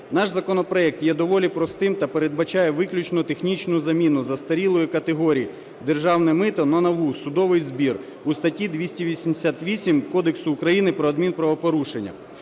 Наш законопроект є доволі простим та передбачає виключно технічну заміну застарілої категорії "державне мито" на нову "судовий збір" у статті 288 Кодексу України про адмінправопорушення.